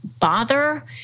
bother